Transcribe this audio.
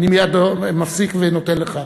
אני מייד מפסיק ונותן לך,